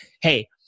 Hey